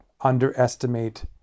underestimate